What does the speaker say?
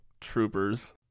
Troopers